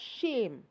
shame